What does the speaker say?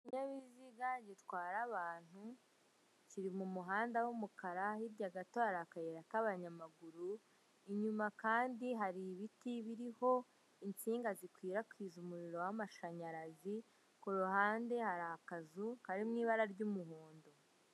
Ikinyabiziga gitwara abantu kiri mu muhanda w'umukara, hirya gato hari akayira k'abanyamaguru, inyuma kandi hari ibiti biriho inshinga zikwirakwiza umuriro w'amashanyarazi, ku ruhande hari akazu kari mu ibara ry'umuhondo.